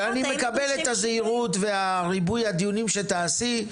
אני מקבל את הזהירות ואת ריבוי הדיונים שתעשי,